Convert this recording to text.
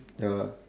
ya